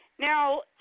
Now